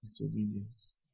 Disobedience